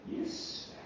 yes